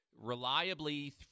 reliably